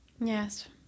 Yes